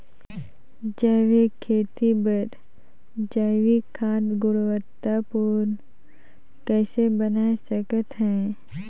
जैविक खेती बर जैविक खाद गुणवत्ता पूर्ण कइसे बनाय सकत हैं?